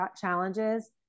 challenges